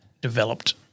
developed